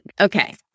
Okay